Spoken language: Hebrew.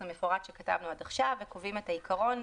המפורט שכתבנו עד עכשיו ובמקומו קובעים את העקרונות.